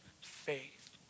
faith